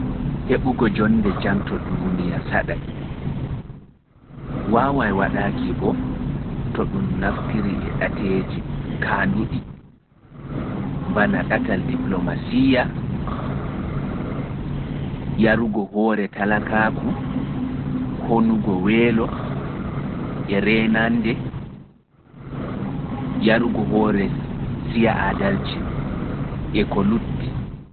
Hebuki jonnde jam to duniya, wawai waɗaki bo to ɗun naftiri e ɗateji bana difilomasiyya, yarugo hoore talakaaku, yarugo hore siya adalci e ko lutti